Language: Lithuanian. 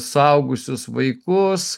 suaugusius vaikus